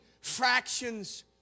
fractions